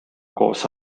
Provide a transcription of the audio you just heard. koos